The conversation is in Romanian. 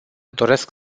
doresc